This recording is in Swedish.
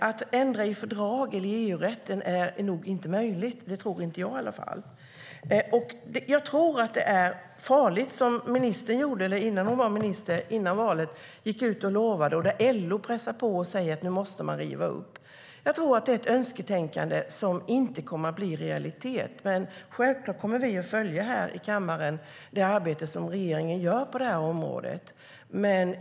Att ändra i fördrag eller i EU-rätten är nog inte möjligt - det tror inte jag i alla fall. Jag tror att det är farligt att göra som ministern gjorde före valet, innan hon var minister, att gå ut och lova när LO pressar på och säger att man måste riva upp. Jag tror att det är ett önsketänkande som inte kommer att bli en realitet, men självklart kommer vi här i kammaren att följa det arbete som regeringen gör på detta område.